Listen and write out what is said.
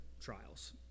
trials